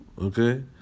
okay